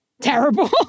terrible